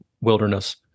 wilderness